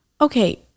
okay